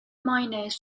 minus